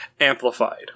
amplified